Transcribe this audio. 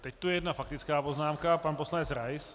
Teď tu je jedna faktická poznámka pan poslanec Rais.